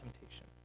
temptation